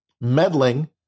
meddling